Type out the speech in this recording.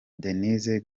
denise